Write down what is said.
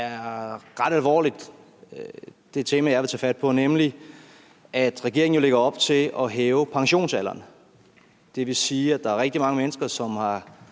set er ret alvorligt, nemlig at regeringen jo lægger op til at hæve pensionsalderen. Det vil sige, at der er rigtig mange mennesker, som har